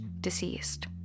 deceased